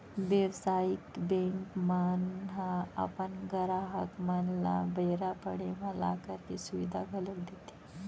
बेवसायिक बेंक मन ह अपन गराहक मन ल बेरा पड़े म लॉकर के सुबिधा घलौ देथे